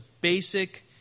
basic